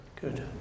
Good